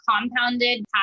compounded